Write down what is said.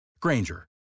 Granger